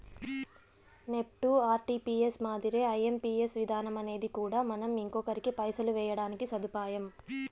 NEFT, RTPS మాదిరే IMPS విధానమనేది కూడా మనం ఇంకొకరికి పైసలు వేయడానికి సదుపాయం